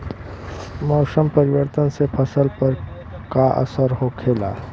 मौसम परिवर्तन से फसल पर का असर होखेला?